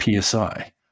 PSI